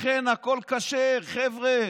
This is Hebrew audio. לכן הכול כשר, חבר'ה.